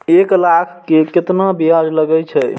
एक लाख के केतना ब्याज लगे छै?